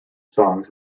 songs